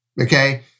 Okay